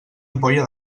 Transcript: ampolla